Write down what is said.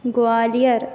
Gwalior